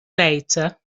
later